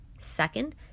second